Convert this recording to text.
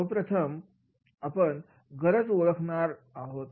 सर्वप्रथम आपण गरज ओळखणार आहोत